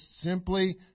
simply